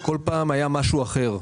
כל פעם היה משהו אחר.